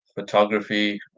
Photography